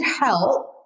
help